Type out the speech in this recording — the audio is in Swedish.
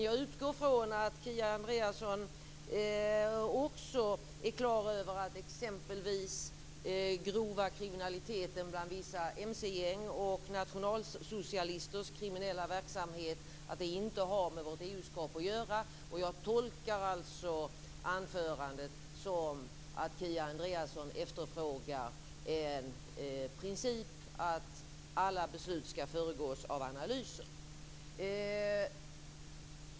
Jag utgår från att Kia Andreasson också är klar över att exempelvis den grova kriminaliteten bland vissa mcgäng och nationalsocialisters kriminella verksamhet inte har med vårt EU-medlemskap att göra. Jag tolkar alltså anförandet så att Kia Andreasson efterfrågar en princip om att alla beslut ska föregås av analyser.